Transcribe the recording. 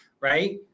Right